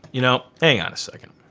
you know hang on a second.